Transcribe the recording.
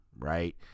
Right